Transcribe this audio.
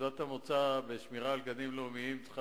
נקודת המוצא בשמירה על גנים לאומיים צריכה